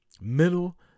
middle